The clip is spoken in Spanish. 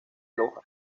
loja